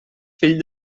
fill